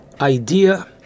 idea